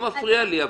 לא מפריע לי.